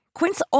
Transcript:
Quince